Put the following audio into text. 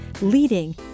leading